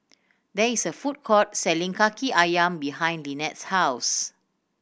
there is a food court selling Kaki Ayam behind Linette's house